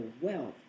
wealth